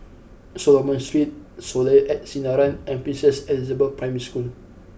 Solomon Street Soleil at Sinaran and Princess Elizabeth Primary School